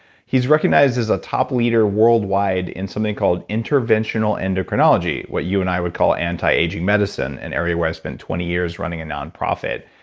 he is recognized as a top leader worldwide in something called interventional endocrinology, what you and i would call anti-aging medicine, an area where i spent twenty years running a nonprofit.